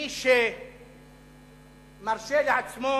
מי שמרשה לעצמו